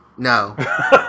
No